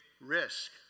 risk